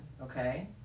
okay